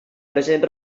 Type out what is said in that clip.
present